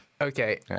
Okay